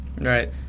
right